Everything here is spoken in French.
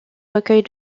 recueil